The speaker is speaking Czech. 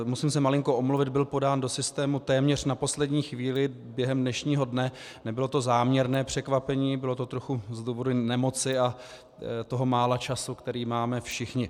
Musím se malinko omluvit, byl podán do systému téměř na poslední chvíli, během dnešního dne, nebylo to záměrné překvapení, bylo to trochu z důvodu nemoci a toho mála času, který máme všichni.